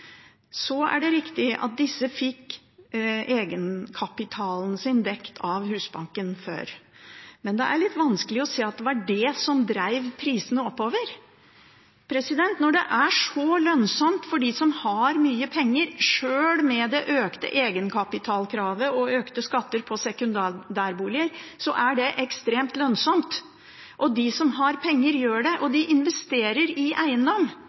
Så er det riktig at disse fikk egenkapitalen sin dekket av Husbanken før. Men det er litt vanskelig å se at det var det som drev prisene oppover, når det er så lønnsomt for dem som har mye penger. Sjøl med det økte egenkapitalkravet og økte skatter på sekundærbolig, er det ekstremt lønnsomt. Og de som har penger, gjør det: De investerer i eiendom,